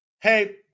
hey